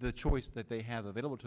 the choice that they have available to